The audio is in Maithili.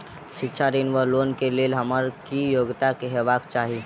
शिक्षा ऋण वा लोन केँ लेल हम्मर की योग्यता हेबाक चाहि?